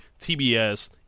TBS